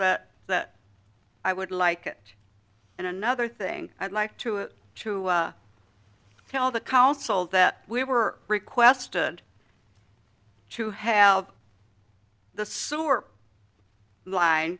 that that i would like it and another thing i'd like to it to tell the council that we were requested to have the sewer line